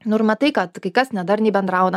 nu ir matai kad kai kas nedarniai bendrauna